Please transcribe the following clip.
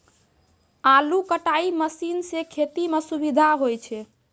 आलू कटाई मसीन सें खेती म सुबिधा होय छै